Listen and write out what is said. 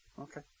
Okay